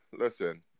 Listen